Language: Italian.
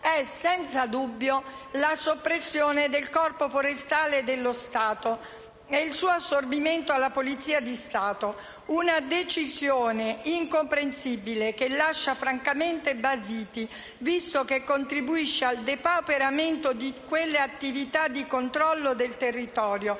è senza dubbio la soppressione del Corpo forestale dello Stato e il suo assorbimento alla Polizia di Stato. È una decisione incomprensibile, che lascia francamente basiti, visto che contribuisce al depauperamento di tutte quelle attività di controllo del territorio,